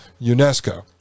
UNESCO